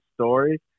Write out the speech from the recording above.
story